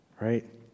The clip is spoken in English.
right